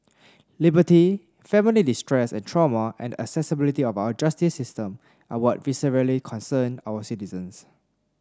liberty family distress and trauma and accessibility of our justice system are what viscerally concern our citizens